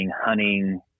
hunting